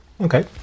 Okay